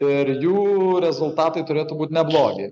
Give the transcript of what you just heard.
ir jų rezultatai turėtų būti neblogi